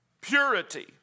Purity